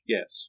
Yes